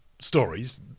stories